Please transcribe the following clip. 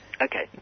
Okay